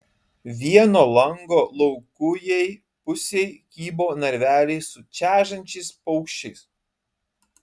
vieno lango laukujėj pusėj kybo narveliai su čežančiais paukščiais